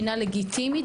הינה לגיטימית,